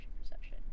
perception